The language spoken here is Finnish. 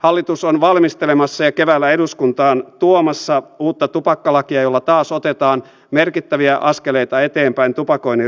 hallitus on valmistelemassa ja keväällä eduskuntaan tuomassa uutta tupakkalakia jolla taas otetaan merkittäviä askeleita eteenpäin tupakoinnin rajoittamisessa